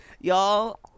Y'all